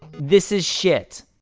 this is shit!